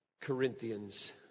Corinthians